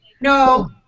no